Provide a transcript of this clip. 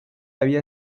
había